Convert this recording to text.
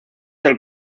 del